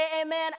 amen